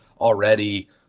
already